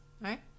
Right